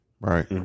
Right